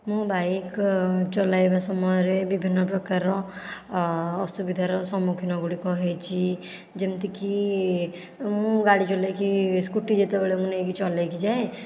ମୁଁ ବାଇକ୍ ଚଳାଇବା ସମୟରେ ବିଭିନ୍ନ ପ୍ରକାରର ଅସୁବିଧାର ସମ୍ମୁଖୀନଗୁଡ଼ିକ ହୋଇଛି ଯେମିତିକି ମୁଁ ଗାଡ଼ି ଚଳାଇକି ସ୍କୁଟି ଯେତେବେଳେ ମୁଁ ନେଇକି ଚଳାଇକି ଯାଏ